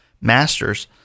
master's